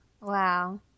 wow